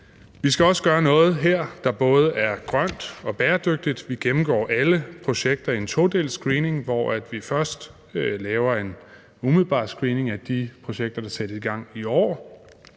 Vi skal også gøre noget her, der både er grønt og bæredygtigt. Vi gennemgår alle projekter i en todelt screening, hvor vi først laver en umiddelbar screening af de projekter, der sættes i gang i år,